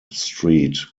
street